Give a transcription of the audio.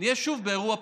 נהיה שוב באירוע פרוץ.